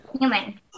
human